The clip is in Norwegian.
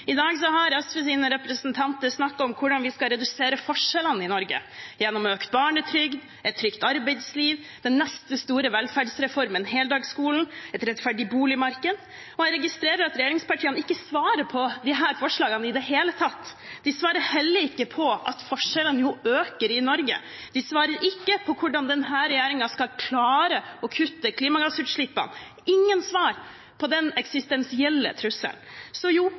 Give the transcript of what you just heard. I dag har SVs representanter snakket om hvordan vi skal redusere forskjellene i Norge gjennom økt barnetrygd, et trygt arbeidsliv, den neste store velferdsreformen, heldagsskolen og et rettferdig boligmarked, og jeg registrerer at regjeringspartiene ikke svarer på disse forslagene i det hele tatt. De svarer heller ikke på at forskjellene øker i Norge. De svarer ikke på hvordan denne regjeringen skal klare å kutte klimagassutslippene – ingen svar på den eksistensielle trusselen. Så jo,